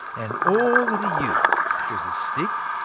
and all that he used was a stick,